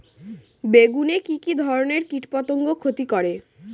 বেগুনে কি কী ধরনের কীটপতঙ্গ ক্ষতি করে?